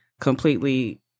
completely